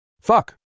Fuck